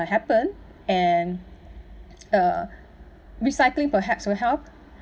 uh happened and uh recycling perhaps will help